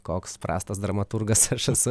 koks prastas dramaturgas aš esu